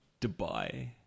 Dubai